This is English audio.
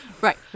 Right